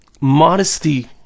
Modesty